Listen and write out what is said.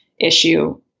issue